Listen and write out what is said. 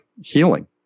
healing